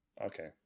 Okay